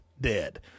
dead